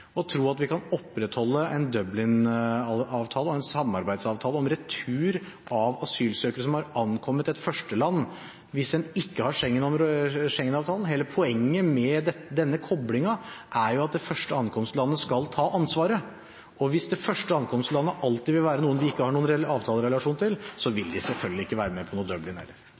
å tro at vi kan opprettholde en Dublin-avtale og en samarbeidsavtale om retur av asylsøkere som har ankommet et førsteland, hvis en ikke har Schengen-avtalen. Hele poenget med denne koblingen er jo at det første ankomstlandet skal ta ansvaret. Og hvis det første ankomstlandet alltid vil være et land vi ikke har noen reell avtalerelasjon til, vil de selvfølgelig heller ikke være med på